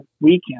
weekend